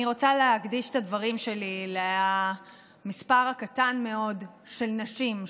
אני רוצה להקדיש את הדברים שלי למספר הקטן מאוד של נשים,